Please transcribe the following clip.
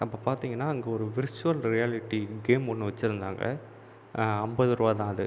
அப்போ பார்த்திங்கனா அங்கே ஒரு விர்ச்சுவல் ரியாலிட்டி கேம் ஒன்று வெச்சிருந்தாங்க ஐம்பது ரூபா தான் அது